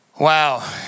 Wow